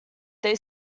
they